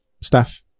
staff